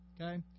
okay